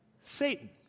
Satan